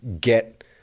get